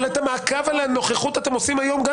את המעקב על הנוכחות אתם עושים גם היום.